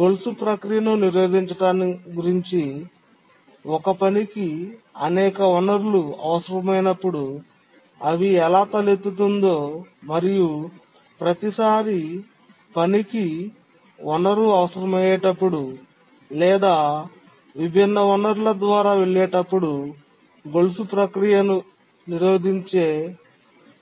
గొలుసు ప్రక్రియను నిరోధించటం గురించి ఒక పనికి అనేక వనరులు అవసరమైనప్పుడు అది ఎలా తలెత్తుతుందో మరియు ప్రతిసారీ పనికి వనరు అవసరమయ్యేటప్పుడు లేదా విభిన్న వనరుల ద్వారా వెళ్ళేటప్పుడు గొలుసు ప్రక్రియను నిరోధించే